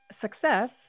success